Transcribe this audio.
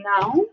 now